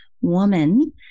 woman